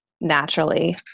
naturally